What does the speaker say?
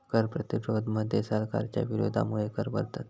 कर प्रतिरोध मध्ये सरकारच्या विरोधामुळे कर भरतत